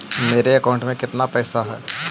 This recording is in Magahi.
मेरे अकाउंट में केतना पैसा है?